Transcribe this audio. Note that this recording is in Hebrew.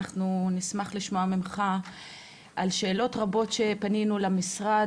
אנחנו נשמח לשמוע ממך על שאלות רבות שפנינו למשרד,